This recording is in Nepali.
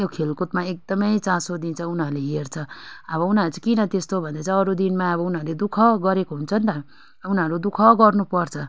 त्यो खेलकुदमा एकदमै चासो दिन्छ उनीहरूले हेर्छ अब उनीहरूले चाहिँ किन त्यस्तो भन्दा चाहिँ अरू दिनमा अब उनीहरूले दु ख गरेको हुन्छ नि त अब उनीहरू दु ख गर्नुपर्छ